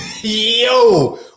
Yo